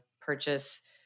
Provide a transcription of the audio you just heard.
purchase